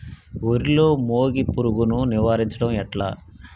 వరిలో మోగి పురుగును నివారించడం ఎట్లా?